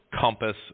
Compass